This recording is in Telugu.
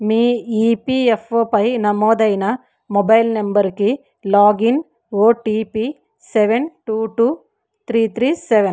మీ ఈపిఎఫ్ఓ పై నమోదైన మొబైల్ నంబరుకి login OTP seven two two three three seven